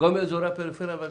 אזור הפריפריה.